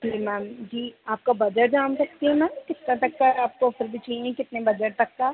में मैम जी आपका बजट जान सकती हूँ मैम कितने तक का आपको फिर भी चाहिए कितने बजट तक का